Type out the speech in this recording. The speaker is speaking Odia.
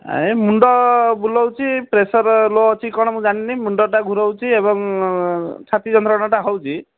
ଏଇ ମୁଣ୍ଡ ବୁଲାଉଛି ପ୍ରେସର୍ ଲୋ ଅଛି କ'ଣ ମୁଁ ଜାଣିନି ମୁଣ୍ଡଟା ଘୁରାଉଛି ଏବଂ ଛାତିରେ ଯନ୍ତ୍ରଣାଟା ହେଉଛି